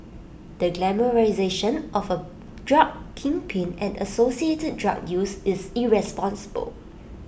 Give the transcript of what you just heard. the glamorisation of A drug kingpin and associated drug use is irresponsible